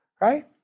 right